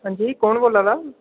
हां जी कौन बोल्लै दा